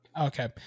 Okay